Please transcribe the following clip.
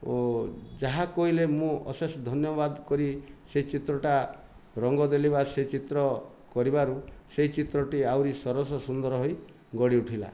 ଓ ଯାହା କହିଲେ ମୁ ଅଶେଷ ଧନ୍ୟବାଦ କରି ସେ ଚିତ୍ରଟା ରଙ୍ଗ ଦେଲି ବା ସେ ଚିତ୍ର କରିବାରୁ ସେ ଚିତ୍ରଟି ଆହୁରି ସରସ ସୁନ୍ଦର ହୋଇ ଗଢ଼ି ଉଠିଲା